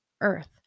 earth